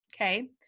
okay